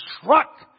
struck